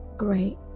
great